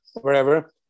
wherever